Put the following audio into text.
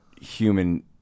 human